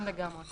לגמרי.